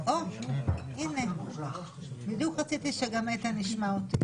היום יום חמישי, ג' בתשרי,